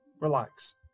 relax